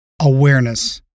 awareness